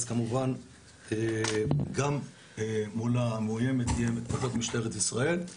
אז כמובן גם מול המאוימת זה יהיה מכוחות משטרת ישראל.